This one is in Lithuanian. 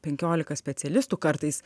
penkiolika specialistų kartais